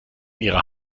ihrer